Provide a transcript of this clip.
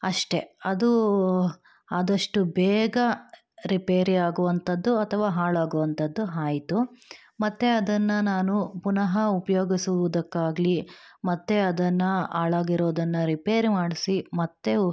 ಅಷ್ಟೆ ಅದೂ ಆದಷ್ಟು ಬೇಗ ರಿಪೇರಿಯಾಗುವಂಥದ್ದು ಅಥವಾ ಹಾಳಾಗುವಂಥದ್ದು ಆಯಿತು ಮತ್ತೆ ಅದನ್ನು ನಾನು ಪುನಃ ಉಪ್ಯೋಗಿಸುವುದಕ್ಕಾಗ್ಲಿ ಮತ್ತೆ ಅದನ್ನು ಹಾಳಾಗಿರೋದನ್ನು ರಿಪೇರಿ ಮಾಡಿಸಿ ಮತ್ತೆ